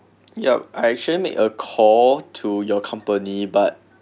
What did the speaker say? yup I actually made a call to your company but